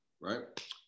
right